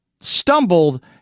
stumbled